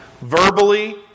Verbally